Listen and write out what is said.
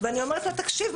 ואני אומרת לו 'תקשיב,